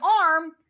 arm